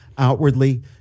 Outwardly